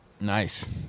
nice